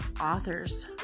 authors